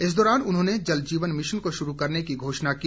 इस दौरान उन्होंने जल जीवन मिशन को शुरू करने की घोषणा भी की